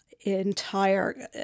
entire